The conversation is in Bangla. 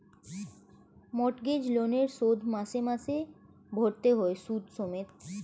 মর্টগেজ লোনের শোধ মাসে মাসে ভরতে হয় সুদ সমেত